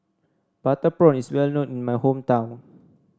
Butter Prawn is well known in my hometown